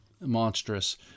monstrous